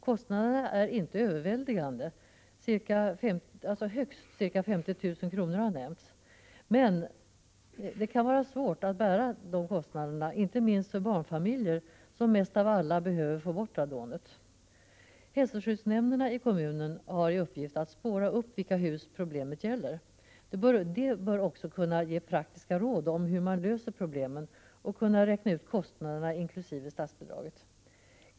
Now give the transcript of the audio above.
Kostnaderna är inte överväldigande — högst ca 50 000 kr. har nämnts, men de kan vara svåra att bära inte minst för barnfamiljer som mest av alla behöver få bort radonet. Hälsoskyddsnämnderna i kommunerna har i uppgift att spåra upp vilka hus problemet gäller. De bör också kunna ge praktiska råd om hur man löser problemen och kunna räkna ut kostnaderna inkl. statsbidraget.